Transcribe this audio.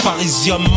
Parisium